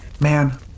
Man